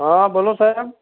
હા બોલો સાહેબ